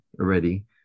already